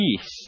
peace